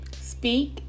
speak